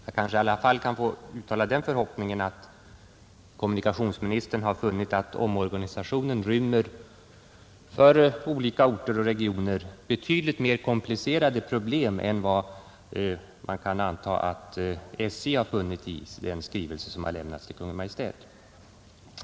Jag kanske i alla fall får uttala den förhoppningen att kommunikationsministern har funnit att omorganisationen för olika orter och regioner rymmer betydligt mer komplicerade problem än vad SJ förefaller ha funnit i den skrivelse som har lämnats till Kungl. Maj:t.